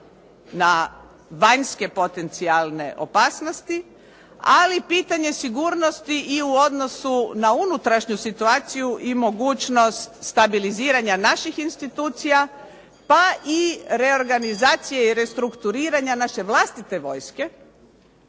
na vanjske potencijalne opasnosti, ali pitanje sigurnosti i u odnosu na unutrašnju situaciju i mogućnost stabiliziranja naših institucija, pa i reorganizacije i restrukturiranja naše vlastite vojske